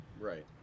Right